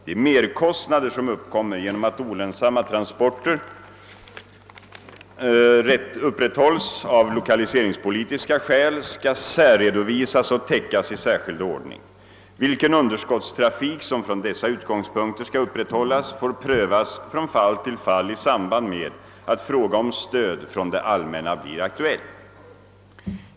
De merkostnader som uppkommer genom att olönsamma transporter upprätthålls av lokaliseringspolitiska skäl skall särredovisas och täckas i särskild ordning. Vilken underskottstrafik som från dessa utgångspunkter skall upprätthållas får prövas från fall till fall i samband med att fråga om stöd från det allmänna blir aktuell.